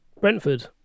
Brentford